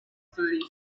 stories